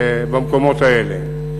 במקומות האלה.